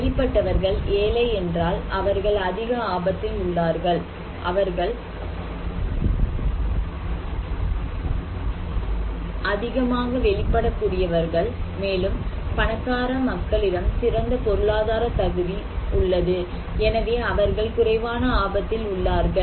வெளிப்பட்டவர்கள் ஏழை என்றாள் அவர்கள் அதிக ஆபத்தில் உள்ளார்கள் அவர்கள் அதிகமாக வெளிப்பட கூடியவர்கள் மேலும் பணக்கார மக்களிடம் சிறந்த பொருளாதார தகுதி உள்ளது எனவே அவர்கள் குறைவான ஆபத்தில் உள்ளார்கள்